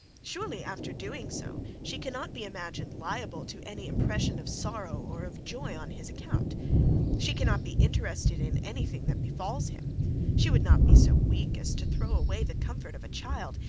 surely, after doing so, she cannot be imagined liable to any impression of sorrow or of joy on his account she cannot be interested in any thing that befalls him she would not be so weak as to throw away the comfort of a child,